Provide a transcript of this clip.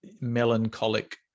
melancholic